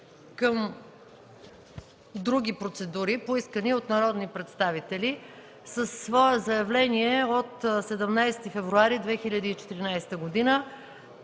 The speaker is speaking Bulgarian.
към други процедури, поискани от народни представители. Със свое заявление от 17 февруари 2014 г.,